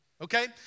Okay